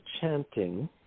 chanting